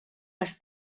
les